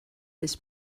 this